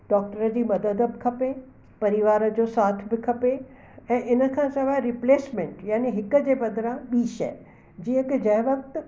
doctor जी मदद बि खपे परिवार जो साथ बि खपे ऐं इन खां सवाइ रिप्लेसमेंट याने हिक जे बदिरां ॿी शइ जीअं कि जंहिं वक़्तु